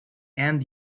end